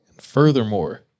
Furthermore